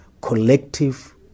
collective